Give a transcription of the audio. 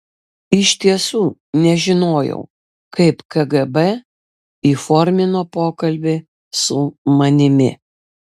iš tiesų nežinojau kaip kgb įformino pokalbį su manimi